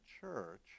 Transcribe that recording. church